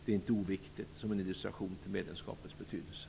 Det är inte oviktigt som en illustration till medlemskapets betydelse.